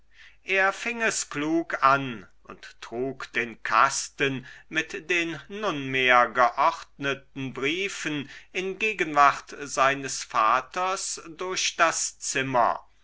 er fing es klug an und trug den kasten mit den nunmehr geordneten briefen in gegenwart seines vaters durch das zimmer